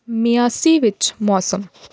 ਮਿਆਸੀ ਵਿੱਚ ਮੌਸਮ